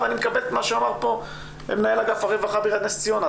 ואני מקבל את מה שאמר פה מנהל אגף הרווחה בעירית נס ציונה,